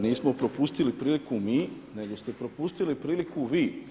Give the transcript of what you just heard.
Nismo propustili priliku mi nego ste propustili priliku vi.